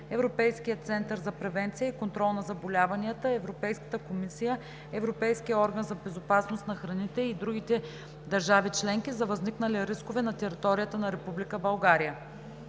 Европейския център за превенция и контрол на заболяванията, Европейската комисия, Европейския орган за безопасност на храните и другите държави членки за възникнали рискове на територията на